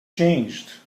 changed